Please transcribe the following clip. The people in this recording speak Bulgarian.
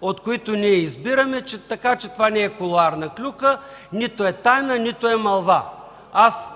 от които ние избираме, така че това не е кулоарна клюка, нито е тайна, нито е мълва. Аз